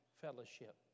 fellowship